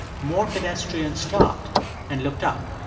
more pedestrians stopped and looked up